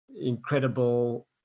incredible